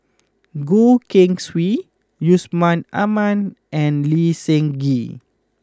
Goh Keng Swee Yusman Aman and Lee Seng Gee